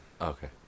Okay